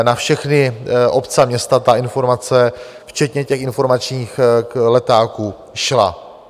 Na všechny obce a města ta informace včetně těch informačních letáků šla.